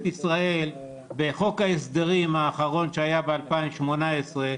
ישראל בחוק ההסדרים האחרון שהיה ב-2018,